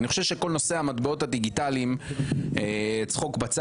אני חושב שכל נושא המטבעות הדיגיטליים צחוק בצד